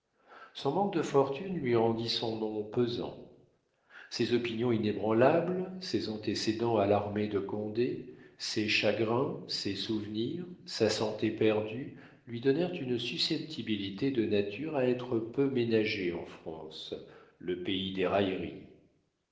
son manque de fortune lui rendit son nom pesant ses opinions inébranlables ses antécédents à l'armée de condé ses chagrins ses souvenirs sa santé perdue lui donnèrent une susceptibilité de nature à être peu ménagée en france le pays des railleries